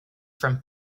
from